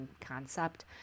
concept